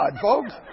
folks